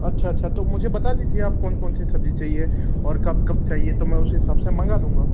अच्छा अच्छा तो मुझे बता दीजिए आप कौन कौन सी सब्ज़ी चाहिए और कब कब चाहिए तो मैं उसे हिसाब से मंगा दूंगा